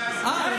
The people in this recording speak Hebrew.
יום,